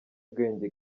bwenge